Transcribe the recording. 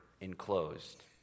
enclosed